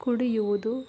ಕುಡಿಯುವುದು